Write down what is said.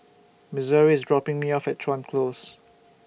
Missouri IS dropping Me off At Chuan Close